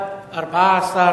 ההצעה